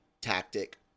tactic